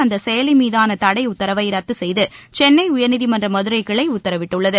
அந்த செயலி மீதான தடையுத்தரவை ரத்து செய்து சென்னை உயர்நீதிமன்ற மதுரை கிளை உத்தரவிட்டுள்ளது